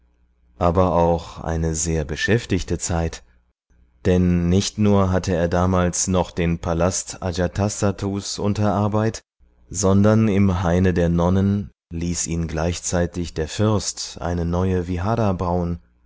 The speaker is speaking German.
aber auch eine sehr beschäftigte zeit denn nicht nur hatte er damals noch den palast ajatasattus unter arbeit sondern im haine der nonnen ließ ihn gleichzeitig der fürst eine neue